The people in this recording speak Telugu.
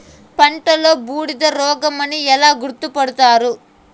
పంటలో బూడిద రోగమని ఎలా గుర్తుపడతారు?